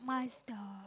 Mazda